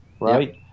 right